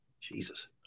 Jesus